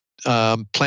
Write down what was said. Plant